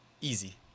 easy